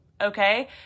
Okay